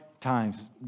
times